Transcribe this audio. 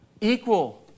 equal